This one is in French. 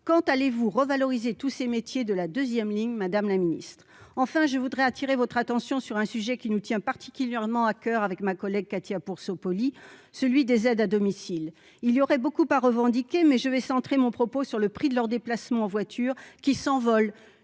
Quand allez-vous revaloriser tous ces métiers de la deuxième ligne, madame la ministre ? Enfin, je voudrais attirer votre attention sur un sujet qui me tient particulièrement à coeur, ainsi qu'à ma collègue Cathy Apourceau-Poly : les aides à domicile. Il y aurait beaucoup à revendiquer, mais je vais centrer mon propos sur le prix de leurs déplacements en voiture qui s'envole